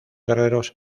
guerreros